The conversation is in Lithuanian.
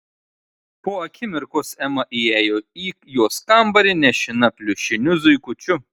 po akimirkos ema įėjo į jos kambarį nešina pliušiniu zuikučiu